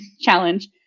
challenge